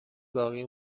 باقی